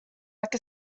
like